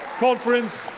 conference,